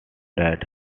that